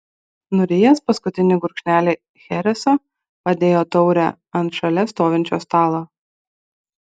nurijęs paskutinį gurkšnelį chereso padėjo taurę ant šalia stovinčio stalo